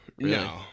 No